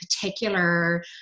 particular